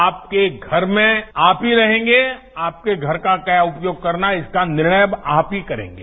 आपके घर में आप ही रहेंगे आपके घर का क्याद उपयोग करना है इसका निर्णय अब आप ही करेंगे